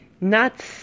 nuts